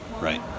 Right